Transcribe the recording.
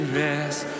rest